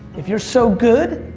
if you're so good,